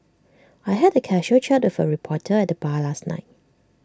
I had A casual chat with A reporter at the bar last night